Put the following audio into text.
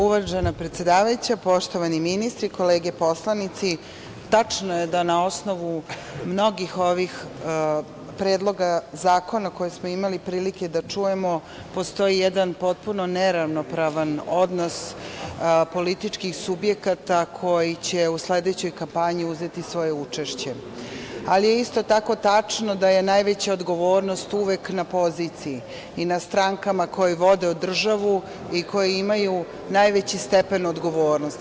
Uvažena predsedavajuća, poštovani ministri, kolege poslanici, tačno je da na osnovu mnogih ovih predloga zakona koje smo imali prilike da čujemo postoji jedan potpuno neravnopravan odnos političkih subjekata koji će u sledećoj kampanji uzeti svoje učešće, ali je isto tako tačno da je najveća odgovornost uvek na poziciji i na strankama koje vode državu i koji imaju najveći stepen odgovornosti.